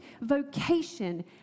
vocation